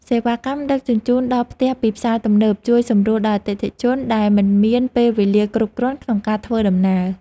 សេវាកម្មដឹកជញ្ជូនដល់ផ្ទះពីផ្សារទំនើបជួយសម្រួលដល់អតិថិជនដែលមិនមានពេលវេលាគ្រប់គ្រាន់ក្នុងការធ្វើដំណើរ។